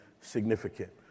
significant